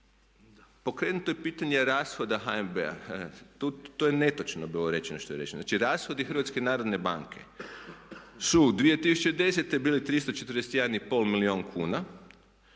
Pokrenuto je pitanje rashoda HNB-a, to je netočno bilo rečeno što je rečeno. Znači rashodi HNB-a su 2010. bili 341,5 milijuna kuna,